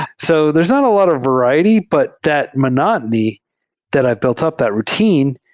so there's not a lot of var iety, but that monotony that i built up, that routine,